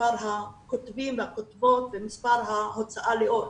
מספר הכותבים והכותבות ומספר ההוצאה לאור.